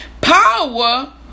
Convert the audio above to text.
Power